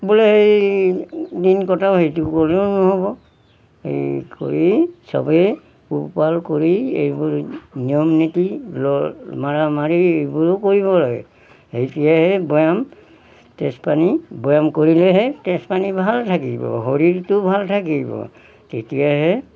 বোলে সেই দিন কটাও সেইটো কৰি'লেও নহ'ব সেই কৰি চবেই পোহপাল কৰি এইবোৰ নিয়ম নীতি মাৰা মাৰি এইবোৰো কৰিব লাগে সেইতিয়াহে বৈয়াম তেজপানী বৈয়াম কৰিলেহে তেজপানী ভাল থাকিব শৰীৰটো ভাল থাকিব তেতিয়াহে